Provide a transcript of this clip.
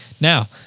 Now